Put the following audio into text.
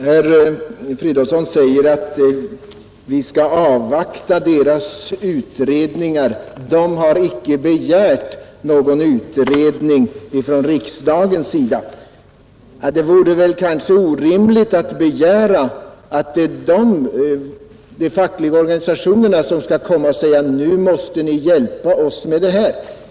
Herr talman! Herr Fridolfsson säger att vi skall avvakta LO:s och TCOSsS utredningar och att dessa remissinstanser inte har begärt någon utredning från riksdagens sida. Det vore kanske orimligt att begära att de fackliga organisationerna skulle säga: Nu måste ni hjälpa oss med detta.